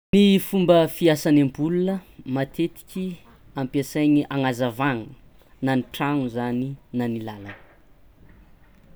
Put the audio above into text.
Ny fomba fiasan'ny ampola matetiky ampiasaigny agnazavagna na ny tragno zany na ny lalagna.